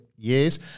Years